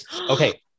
Okay